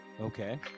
Okay